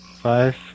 five